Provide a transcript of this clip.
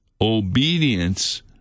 obedience